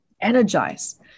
energize